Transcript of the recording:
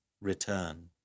return